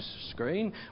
screen